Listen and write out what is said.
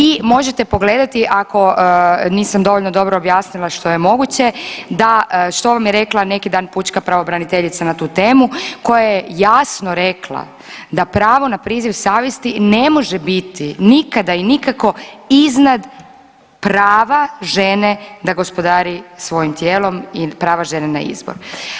I možete pogledati ako nisam dovoljno dobro objasnila što je moguće da što vam je rekla neki dan pučka pravobraniteljica na tu temu koja je jasno rekla da pravo na priziv savjesti ne može biti i nikako iznad prava žene da gospodari svojim tijelom i prava žene na izbor.